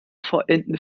verenden